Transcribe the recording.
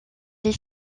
les